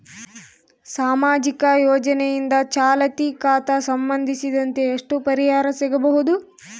ಸಾಮಾಜಿಕ ಯೋಜನೆಯಿಂದ ಚಾಲತಿ ಖಾತಾ ಸಂಬಂಧಿಸಿದಂತೆ ಎಷ್ಟು ಪರಿಹಾರ ಸಿಗಬಹುದು?